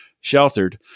sheltered